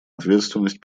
ответственность